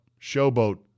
showboat